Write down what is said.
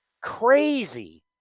Crazy